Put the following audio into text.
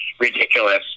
ridiculous